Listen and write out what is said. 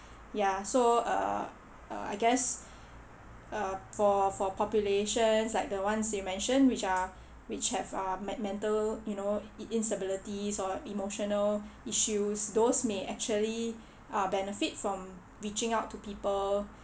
ya so uh uh I guess uh for for populations like the ones you mentioned which are which have uh men~ mental you know in~ instabilities or emotional issues those may actually uh benefit from reaching out to people